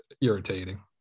irritating